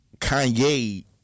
Kanye